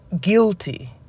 guilty